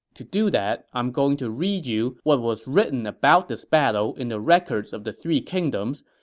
to do that, i'm going to read you what was written about this battle in the records of the three kingdoms,